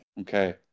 okay